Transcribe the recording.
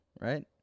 right